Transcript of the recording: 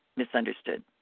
misunderstood